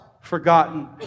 forgotten